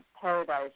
Paradise